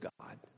God